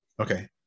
Okay